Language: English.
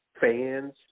fans